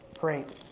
Great